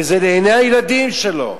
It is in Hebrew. וזה לעיני הילדים שלו.